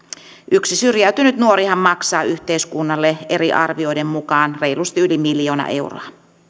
yksi syrjäytynyt nuorihan maksaa yhteiskunnalle eri arvioiden mukaan reilusti yli miljoona euroa